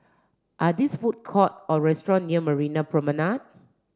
are these food court or restaurant near Marina Promenade